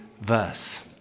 verse